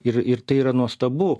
ir ir tai yra nuostabu